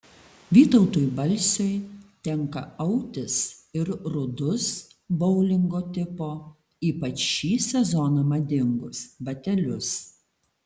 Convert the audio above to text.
vytautui balsiui tenka autis ir rudus boulingo tipo ypač šį sezoną madingus batelius